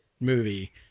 movie